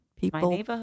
People